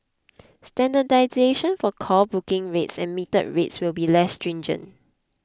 standardisation for call booking rates and metered rates will be less stringent